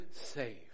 saved